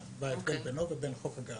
לישראל ומה ההבדל בינו לבין חוק הגז: